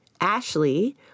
Ashley